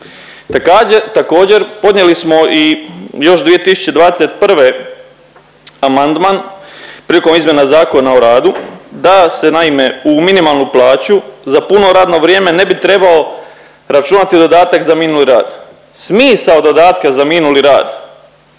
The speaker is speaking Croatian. Također podnijeli smo i još 2021. amandman prilikom izmjena Zakona o radu da se naime u minimalnu plaću za puno radno vrijeme ne bi trebao računati dodatak za minuli rad. Smisao dodatka za minuli rad